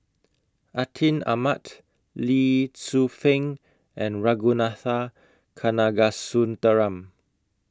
Atin Amat Lee Tzu Pheng and Ragunathar Kanagasuntheram